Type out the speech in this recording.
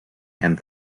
and